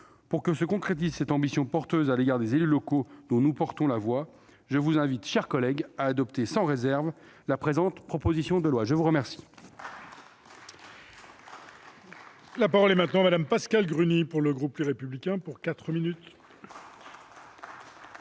Pour que se concrétise cette ambition porteuse à l'égard des élus locaux, dont nous portons la voix, je vous invite à adopter sans réserve la présente proposition de loi. La parole